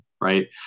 right